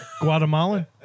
Guatemalan